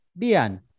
Bian